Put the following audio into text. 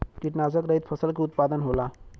कीटनाशक रहित फसल के उत्पादन होला